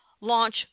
launch